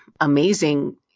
amazing